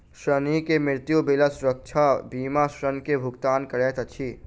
ऋणी के मृत्यु भेला सुरक्षा बीमा ऋण के भुगतान करैत अछि